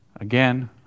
again